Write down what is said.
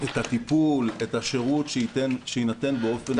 את הטיפול, את השירות שיינתן באופן מיטבי.